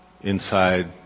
inside